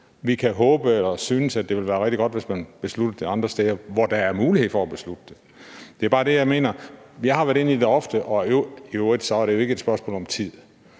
vi kan håbe og synes, at det ville være rigtig godt, hvis man besluttede det andre steder, hvor der er mulighed for at beslutte det. Det er bare det, jeg mener. Jeg har været inde på det ofte. I øvrigt er det jo ikke et spørgsmål om tid.